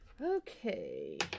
Okay